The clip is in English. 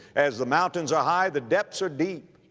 as the mountains are high, the depths are deep.